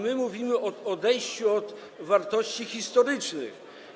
My mówimy o odejściu od wartości historycznych.